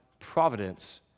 providence